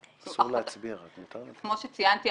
כמו שציינתי,